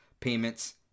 payments